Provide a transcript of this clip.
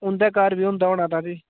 उं'दे घर बी होंदा होना तां प्ही